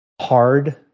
hard